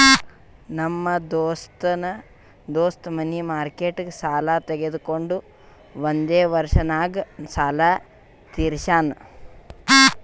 ನಮ್ ದೋಸ್ತ ಮನಿ ಮಾರ್ಕೆಟ್ನಾಗ್ ಸಾಲ ತೊಗೊಂಡು ಒಂದೇ ವರ್ಷ ನಾಗ್ ಸಾಲ ತೀರ್ಶ್ಯಾನ್